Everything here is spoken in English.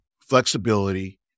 flexibility